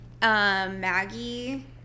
Maggie